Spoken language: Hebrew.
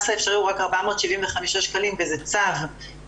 האפשרי הוא היום רק 475 שקלים וזה צו,